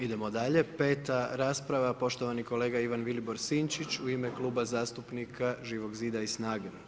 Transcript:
Idemo dalje. peta rasprava poštovani kolega Ivan Vilibor Sinčić u ime Kluba zastupnika Živog zida i SNAGA-e.